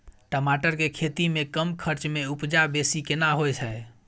टमाटर के खेती में कम खर्च में उपजा बेसी केना होय है?